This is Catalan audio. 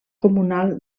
comunal